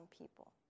people